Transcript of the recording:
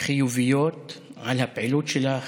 חיוביות על הפעילות שלך,